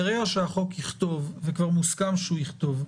ברגע שהחוק יכתוב, וכבר מוסכם שהוא יכתוב,